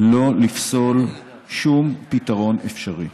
לא לפסול שום פתרון אפשרי.